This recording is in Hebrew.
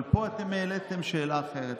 אבל פה אתם העליתם שאלה אחרת.